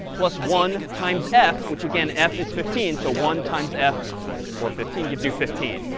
plus one times f which again, f is fifteen. so one times f or fifteen gives you fifteen.